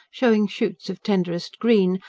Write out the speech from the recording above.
showing shoots of tenderest green,